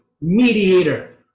mediator